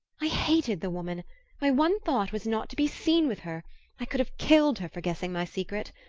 i hated the woman my one thought was not to be seen with her i could have killed her for guessing my secret.